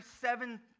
seven